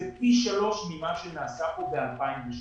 זה פי שלוש ממה שנעשה כאן ב-2008.